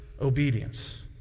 obedience